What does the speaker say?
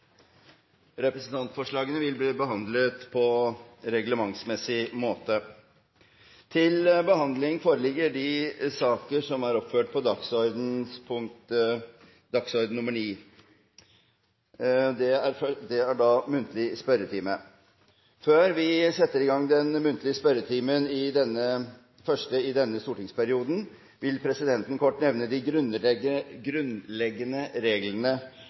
Representantforslagene vil bli behandlet på reglementsmessig måte. Før vi setter i gang den første muntlige spørretimen i denne stortingsperioden, vil presidenten kort nevne de grunnleggende reglene for denne spørsmålsformen. Disse er inntatt i